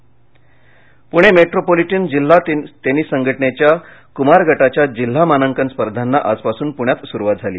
Pune metropolitan जिल्हा tennis संघटनेच्या कुमार गटाच्या जिल्हा मानांकन स्पर्धांना आजपासून पूण्यात सुरुवात झाली